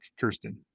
Kirsten